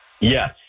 Yes